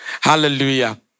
Hallelujah